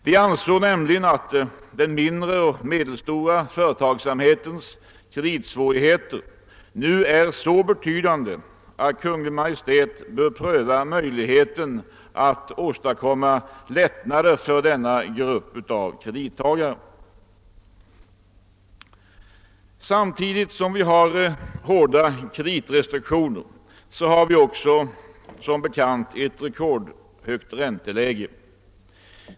De ansåg nämligen att den mindre och medelstora företagsamhetens kreditsvårigheter nu är så betydande att Kungl. Maj:t bör pröva möjligheten att åstadkomma lättnader för denna grupp av kredittagare. Samtidigt som vi har hårda kreditrestriktioner har vi, som bekant, ett rekordhögt ränteläge.